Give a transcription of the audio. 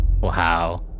Wow